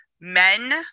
men